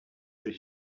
that